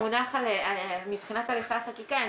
מבחינת הליכי החקיקה,